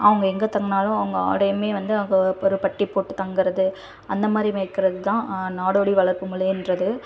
அவங்க எங்கே தங்கினாலும் அவங்க ஆடயுமே வந்து அங்கே ஒரு பட்டிப் போட்டுத் தங்குகிறது அந்த மாதிரி மேய்க்கிறது தான் நாடோடி வளர்ப்பு முறைன்றது